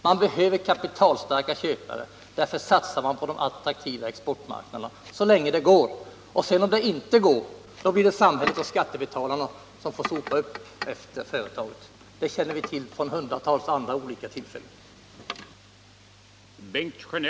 Man behöver kapitalstarka köpare och därför satsar man på de attraktiva exportmarknaderna så länge det går. Om det inte går blir det samhället och skattebetalarna som får sopa upp efter företaget. Det har vi hundratals exempel på sedan tidigare.